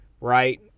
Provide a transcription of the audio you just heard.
right